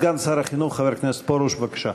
סגן שר החינוך חבר הכנסת פרוש, בבקשה.